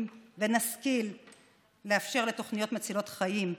ונשכיל לאפשר לתוכניות מצילות חיים להתקיים,